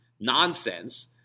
nonsense